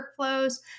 workflows